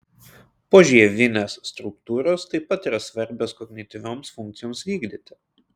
požievinės struktūros taip pat yra svarbios kognityvioms funkcijoms vykdyti